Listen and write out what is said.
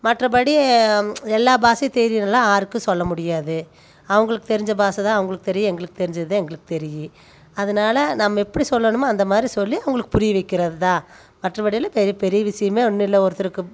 மற்றபடி எல்லா பாஷையும் தெரியணுலாம் யாருக்கும் சொல்ல முடியாது அவங்களுக்கு தெரிஞ்ச பாஷ தான் அவங்களுக்கு தெரியும் எங்களுக்கு தெரிஞ்சது தான் எங்களுக்கு தெரியும் அதனால நம்ம எப்படி சொல்லணுமோ அந்த மாதிரி சொல்லி அவங்களுக்கு புரிய வைக்குறது தான் மற்றப்படி எல்லாம் பெரிய பெரிய விஷயமே ஒன்னும் இல்லை ஒருத்தருக்கு